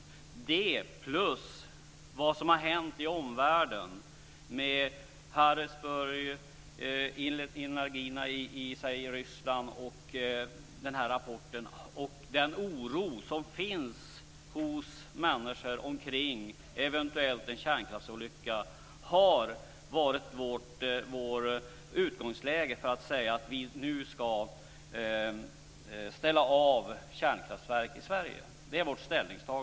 Till detta kommer det som har hänt i omvärlden med bl.a. Harrisburg, Ignalina i Litauen och den oro som finns hos människor för en eventuell kärnkraftsolycka. Detta har varit vårt utgångsläge för att säga att vi nu ska ställa av kärnkraftverk i Sverige.